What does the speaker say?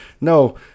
no